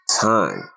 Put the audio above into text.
time